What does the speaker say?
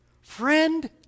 Friend